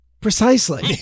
Precisely